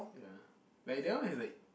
ya but that one is like